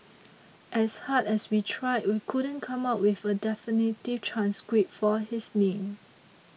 as hard as we tried we couldn't come up with a definitive transcript for his name